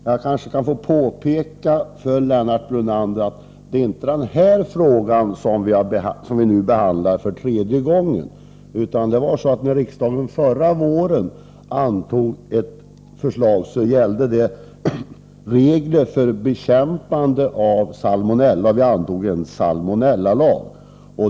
Herr talman! Låt mig påpeka för Lennart Brunander att det inte är just den här frågan som vi behandlar för tredje gången. Det förslag som riksdagen antog förra våren gällde regler för bekämpande av salmonella — vi antog en salmonellalag.